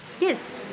yes